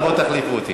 אז בואי תחליפי אותי.